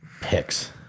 picks